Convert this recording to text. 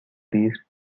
these